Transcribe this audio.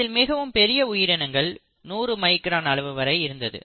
இதில் மிகவும் பெரிய உயிரினங்கள் 100 மைக்ரான் அளவு வரை இருந்தது